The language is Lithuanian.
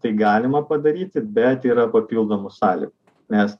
tai galima padaryti bet yra papildomų salių nes